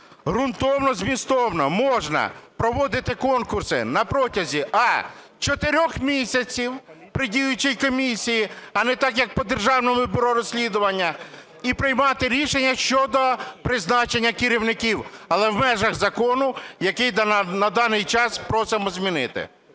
ґрунтовно і змістовно можна проводити конкурси на протязі: а) чотирьох місяців при діючій комісії, а не так, як по Державному бюро розслідувань; і приймати рішення щодо призначення керівників, але в межах закону, який на даний час просимо змінити.